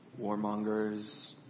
warmongers